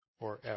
forever